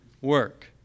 work